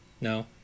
No